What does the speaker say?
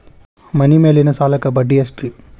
ಮನಿ ಮೇಲಿನ ಸಾಲಕ್ಕ ಬಡ್ಡಿ ಎಷ್ಟ್ರಿ?